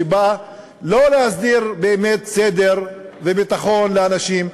שלא בא באמת להסדיר סדר וביטחון לאנשים.